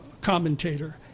commentator